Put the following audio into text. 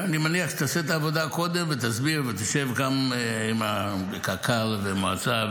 אני מניח שתעשה את העבודה קודם ותסביר ותשב עם קק"ל והמועצה.